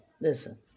listen